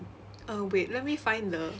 uh wait let me find the